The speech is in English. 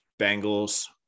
Bengals